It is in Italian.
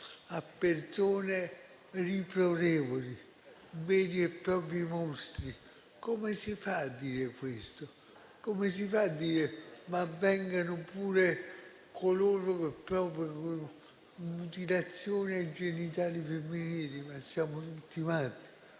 a persone riprovevoli, veri e propri mostri? Come si fa a dire questo? Come si fa a dire: ma vengano pure coloro che provocano mutilazioni ai genitali femminili? Ma siamo tutti matti?